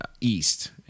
east